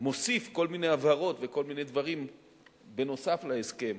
מוסיף כל מיני הבהרות וכל מיני דברים נוסף על ההסכם